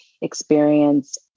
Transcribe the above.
Experience